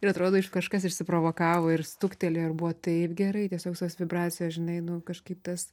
ir atrodo iš kažkas išsiprovokavo ir stuktelėjo ir buvo taip gerai tiesiog tos vibracijos žinai nu kažkaip tas